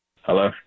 Hello